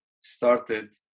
started